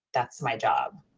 that's my job